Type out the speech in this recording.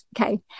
Okay